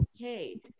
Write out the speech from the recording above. okay